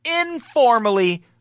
Informally